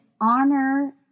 honor